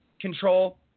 control